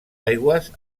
aigües